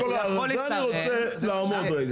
לא, על זה אני רוצה לעמוד רגע.